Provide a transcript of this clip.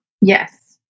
Yes